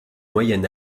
moyen